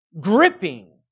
gripping